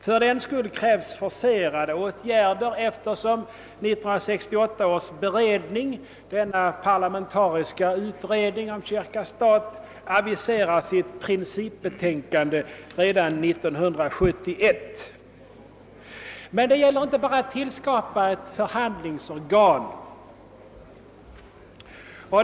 Fördenskull krävs forcerade åtgärder, eftersom 1968 års beredning, den parlamentariska utredningen om kyrka—stat, aviserar sitt principbetänkande redan till 1971. Det gäller emellertid inte bara att tillskapa ett förhandlingsorgan.